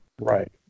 Right